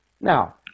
Now